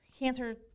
Cancer